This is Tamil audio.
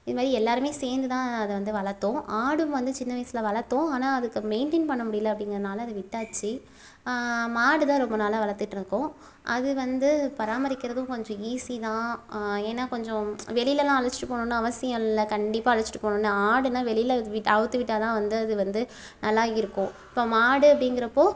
இது மாரி எல்லாருமே சேர்ந்துதான் அதை வந்து வளர்த்தோம் ஆடும் வந்து சின்ன வயசில் வளர்த்தோம் ஆனால் அதுக்கு மெய்ன்டைன் பண்ண முடியல அப்படிங்கிறனால அதை வித்தாச்சு மாடு தான் ரொம்ப நாளாக வளர்த்துட்ருக்கோம் அது வந்து பராமரிக்கிறதும் கொஞ்சம் ஈசி தான் ஏன்னா கொஞ்சம் வெளிலலாம் அழைச்சுட்டு போகணுன்னு அவசியம் இல்லை கண்டிப்பாக அழைச்சுட்டு போகணுன்னு ஆடுன்னா வெளியில விட் அவுத்து விட்டால் தான் வந்து அது வந்து நல்லாகி இருக்கும் இப்போ மாடு அப்படிங்கிறப்போ